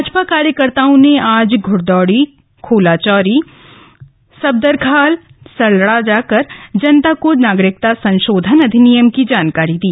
भाजपा कार्यकर्ताओं ने आज घूडदौड़ी खोलाचौरी सबदरखाल सल्डा जाकर जनता को नागरिकता संशोधन अधिनियम की जानकारी दी